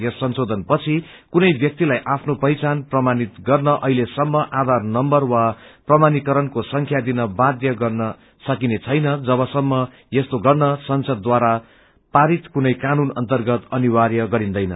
यस संशोधन पछि कुनै ब्यक्तिलाई आफ्नो पहिचान प्रमाणित गर्न अहिलेसम्म आधार नम्बर वा प्रमाणीकरणको संख्या दिन बाध्य गर्न सकिनेछैन जब सम्म यस्तो गर्न संसद द्वारा पारित कुनै कानून अर्न्तगत अनिर्वाय गरिन्दैन